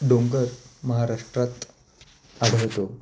डोंगर महाराष्ट्रात आढळतो